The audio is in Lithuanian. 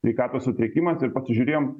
sveikatos sutrikimas ir pasižiūrėjom